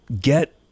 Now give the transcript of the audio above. get